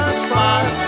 spot